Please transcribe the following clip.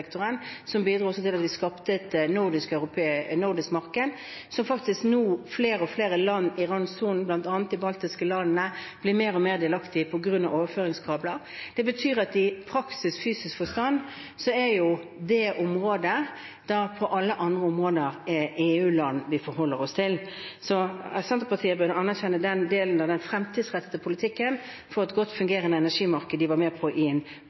som bidro til at vi skapte et nordisk marked, som faktisk nå flere og flere land i randsonen, bl.a. de baltiske landene, blir mer og mer delaktige i på grunn av overføringskabler. Det betyr at i praktisk, fysisk forstand er det på det området, og på alle andre områder, EU-land vi forholder oss til. Senterpartiet burde anerkjenne den delen av den fremtidsrettede politikken for et godt fungerende energimarked som de var med på i en